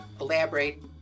elaborate